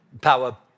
power